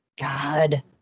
God